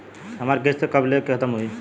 हमार किस्त कब ले खतम होई?